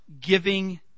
giving